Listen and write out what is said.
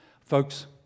Folks